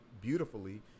beautifully